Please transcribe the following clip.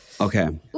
Okay